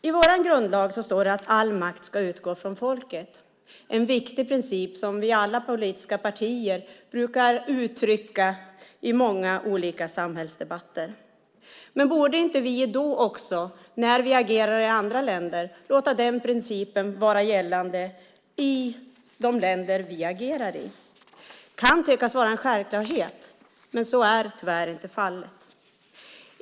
I vår grundlag står det att all makt ska utgå från folket. Det är en viktig princip som alla politiska partier brukar uttrycka i många samhällsdebatter. Borde inte vi då också när vi agerar i andra länder låta den principen vara gällande i de länderna? Det kan tyckas vara en självklarhet, men så är tyvärr inte fallet.